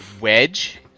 Wedge